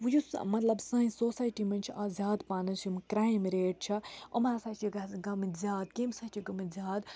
وٕ یُس مطلب سانہِ سوسایٹی منٛز چھِ آز زیادٕ پَہنَس یِم کرٛایم ریٹ چھِ إمہٕ ہَسا چھِ گٔمٕتۍ زیادٕ کیٚمۍ سۭتۍ چھِ گٔمٕتۍ زیادٕ